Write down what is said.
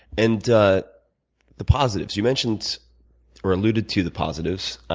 and the the positives, you mentioned or alluded to the positives.